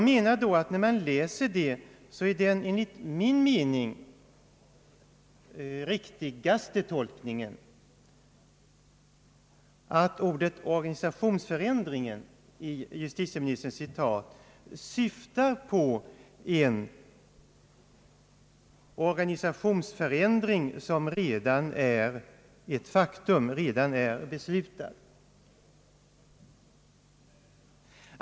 Den enligt min mening riktigaste tolkningen av det uttalande som justitieministern citerade är att ordet >organisationsförändringen» syftar på en organisationsförändring som redan är ett faktum, som redan är beslutad.